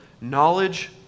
knowledge